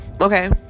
okay